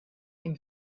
him